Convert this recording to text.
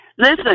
Listen